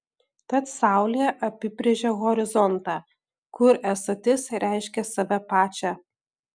tad saulė apibrėžia horizontą kur esatis reiškia save pačią